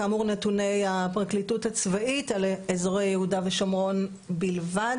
כאמור נתוני הפרקליטות הצבאית על אזורי יהודה ושומרון בלבד